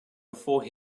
before